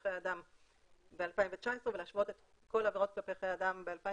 חיי אדם ב-2019 ולהשוות את כל העבירות כלפי חיי אדם ב-2020,